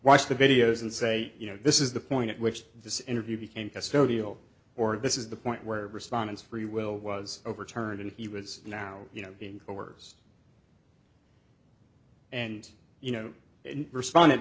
watch the videos and say you know this is the point at which this interview became custodial or this is the point where respondents freewill was overturned and he was now you know in the worst and you know responde